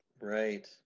right